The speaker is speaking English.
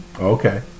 Okay